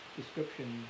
description